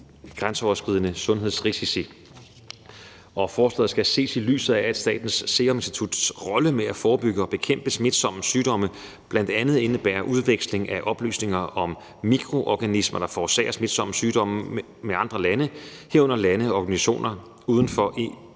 grænseoverskridende sundhedsrisici. Forslaget skal ses i lyset af, at Statens Serum Instituts rolle med at forebygge og bekæmpe smitsomme sygdomme bl.a. indebærer udveksling af oplysninger om mikroorganismer, der forårsager smitsomme sygdomme, med andre lande, herunder lande og organisationer uden for EU